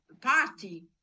party